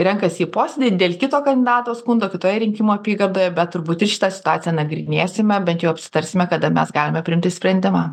renkasi į posėdį dėl kito kandidato skundo kitoje rinkimų apygardoje bet turbūt ir šitą situaciją nagrinėsime bent jau apsitarsime kada mes galime priimti sprendimą